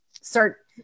start